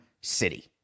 city